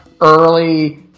early